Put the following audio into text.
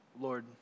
Lord